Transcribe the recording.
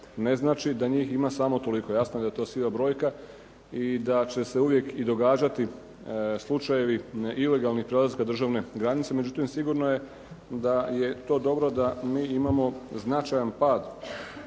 ne znači da njih ima samo toliko. Jasno je da je to siva brojka i da će se uvijek i događati slučajevi ilegalnih prelaska državne granice. Međutim, sigurno je da je to dobro da mi imamo značajan pad